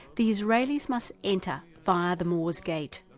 the israelis must enter via the moor's gate,